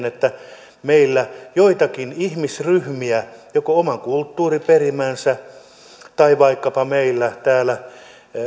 että meillä joiltakin ihmisryhmiltä oman kulttuuriperimänsä tai vaikkapa meillä täällä